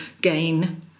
gain